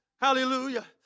Hallelujah